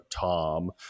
Tom